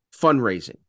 fundraising